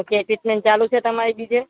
અત્યારે ટ્રીટમેન્ટ ચાલું છે તમારી બીજે